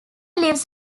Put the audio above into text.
lives